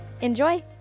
Enjoy